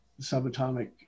subatomic